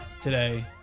today